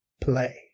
play